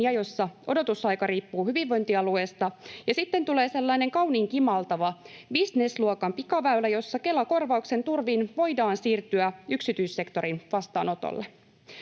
jossa odotusaika riippuu hyvinvointialueista, ja sitten tulee sellainen kauniin kimaltava bisnesluokan pikaväylä, jossa Kela-korvauksen turvin voidaan siirtyä yksityissektorin vastaanotolle.